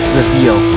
reveal